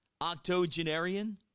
Octogenarian